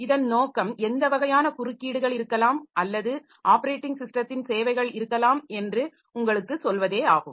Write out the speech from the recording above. இதன் நோக்கம் எந்த வகையான குறுக்கீடுகள் இருக்கலாம் அல்லது ஆப்பரேட்டிங் ஸிஸ்டத்தின் சேவைகள் இருக்கலாம் என்று உங்களுக்குச் சொல்வதே ஆகும்